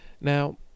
now